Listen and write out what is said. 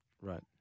Right